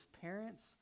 parents